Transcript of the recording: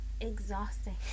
exhausting